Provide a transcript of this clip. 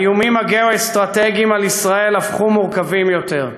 האיומים הגיאו-אסטרטגיים על ישראל הפכו מורכבים יותר.